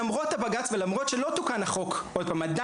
למרות הבג"צ ולמרות שלא תוקן החוק עדיין,